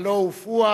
הלוא הוא פואד,